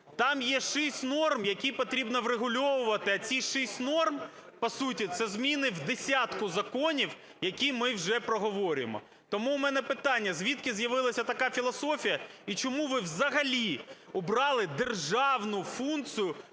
Там є шість норм, які потрібно врегульовувати, а ці шість норм, по суті, це зміни в десятку законів, які ми вже проговорюємо. Тому в мене питання. Звідки з'явилася така філософія? І чому ви взагалі обрали державну функцію